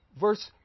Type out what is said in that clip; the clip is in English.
verse